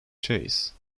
chase